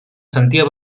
sentia